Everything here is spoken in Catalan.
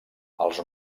els